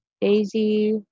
Daisy